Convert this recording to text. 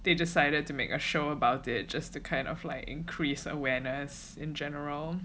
they decided to make a show about it just to kind of like increase awareness in general